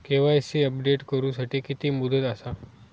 KYC update करू साठी किती मुदत आसा?